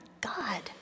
God